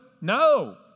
No